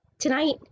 Tonight